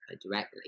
directly